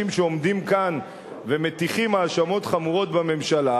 שעומדים כאן ומטיחים האשמות חמורות בממשלה,